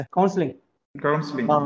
Counseling